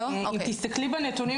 אם תסתכלי בנתונים,